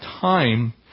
time